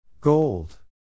Gold